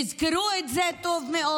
תזכרו את זה טוב מאוד.